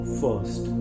first